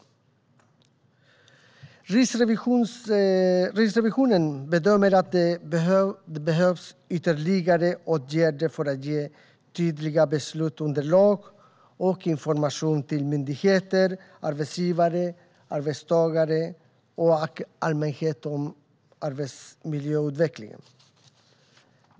Riksrevisionen bedömer att det behövs ytterligare åtgärder för att ge tydliga beslutsunderlag och information till myndigheter, arbetsgivare, arbetstagare och allmänhet om arbetsmiljöutveckling.